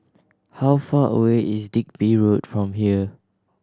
how far away is Digby Road from here